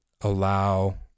allow